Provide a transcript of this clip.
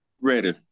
ready